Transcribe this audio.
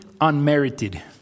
unmerited